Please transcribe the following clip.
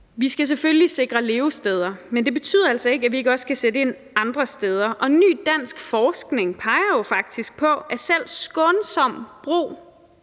Vi skal selvfølgelig sikre levesteder, men det betyder altså ikke, at vi ikke også skal sætte ind andre steder. Og ny dansk forskning peger jo faktisk på, at selv skånsom brug